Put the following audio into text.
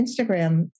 Instagram